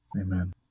Amen